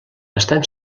estan